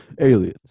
Aliens